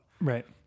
Right